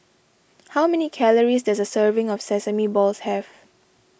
how many calories does a serving of Sesame Balls have